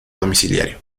domiciliario